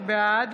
בעד